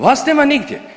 Vas nema nigdje.